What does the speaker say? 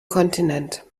kontinent